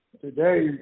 today